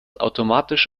automatisch